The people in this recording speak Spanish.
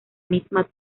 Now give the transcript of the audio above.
misma